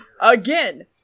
Again